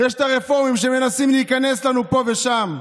יש את הרפורמים שמנסים להיכנס לנו פה ושם.